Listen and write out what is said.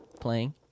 playing